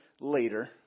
later